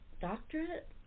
doctorate